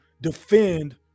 defend